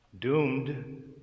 doomed